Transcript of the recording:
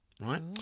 right